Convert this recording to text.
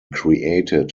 created